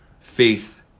faith